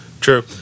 True